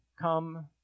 come